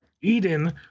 eden